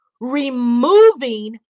removing